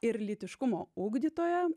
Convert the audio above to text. ir lytiškumo ugdytoja